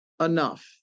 enough